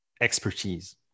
expertise